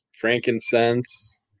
Frankincense